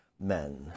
men